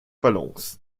balance